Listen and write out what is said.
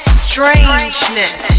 strangeness